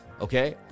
Okay